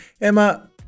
Emma